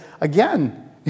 again